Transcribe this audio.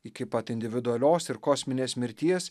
iki pat individualios ir kosminės mirties